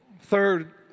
Third